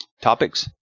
topics